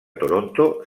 toronto